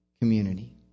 community